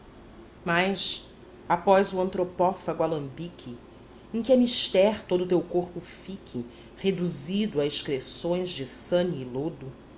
mas após o antropófago alambique em que é mister todo o teu corpo fique reduzido a excreções de sânie